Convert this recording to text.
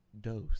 Dose